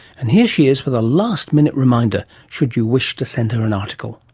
and here she is with a last-minute reminder should you wish to send her an article.